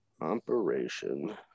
operation